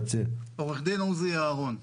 עורך דין עוזי אהרן.